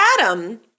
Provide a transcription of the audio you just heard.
Adam